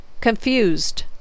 Confused